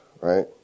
right